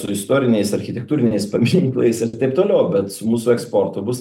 su istoriniais architektūriniais paminklais ir taip toliau bet su mūsų eksportu bus